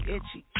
Itchy